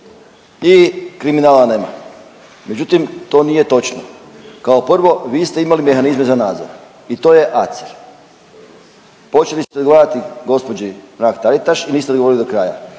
i kriminala nema. Međutim, to nije točno. Kao prvo, vi ste imali mehanizme za nadzor i to je ACER. Počeli ste odgovarati gđi. Mrak-Taritaš i niste odgovorili do kraja.